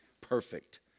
perfect